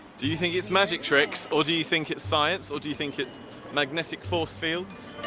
do you think it's magic tricks or do you think it's science or do you think it's magnetic force fields?